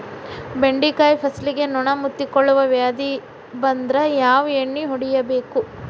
ಬೆಂಡೆಕಾಯ ಫಸಲಿಗೆ ನೊಣ ಮುತ್ತಿಕೊಳ್ಳುವ ವ್ಯಾಧಿ ಬಂದ್ರ ಯಾವ ಎಣ್ಣಿ ಹೊಡಿಯಬೇಕು?